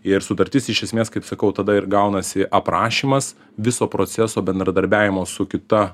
ir sutartis iš esmės kaip sakau tada ir gaunasi aprašymas viso proceso bendradarbiavimo su kita